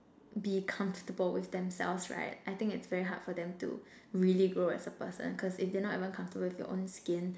be comfortable with themselves right I think it's very hard for them to really grow as a person cause if they're not even comfortable with your own skin